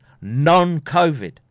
non-COVID